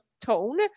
tone